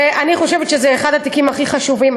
אני חושבת שזה אחד התיקים הכי חשובים,